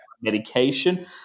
medication